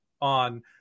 on